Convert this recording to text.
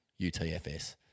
utfs